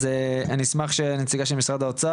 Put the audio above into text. אז אני אשמח לשמוע את נציגת האוצר,